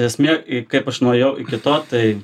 esmė kaip aš nuėjau iki to tai